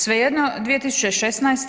Svejedno, 2016.